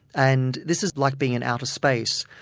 and this is like being in outer space.